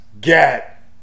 get